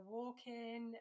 walking